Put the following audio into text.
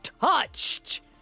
touched